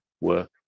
work